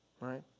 Right